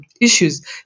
issues